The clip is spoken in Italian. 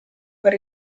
per